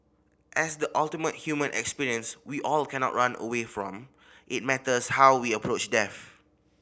as the ultimate human experience we all cannot run away from it matters how we approach death